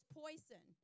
poison